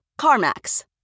CarMax